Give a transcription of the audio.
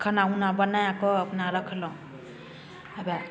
खाना ओना बनाय कऽ अपना रखलहुँ हय वा